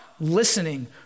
listening